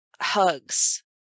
hugs